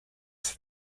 that